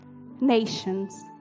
nations